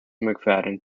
mcfadden